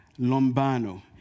lombano